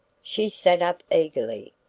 she sat up eagerly.